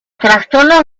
trastornos